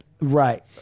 Right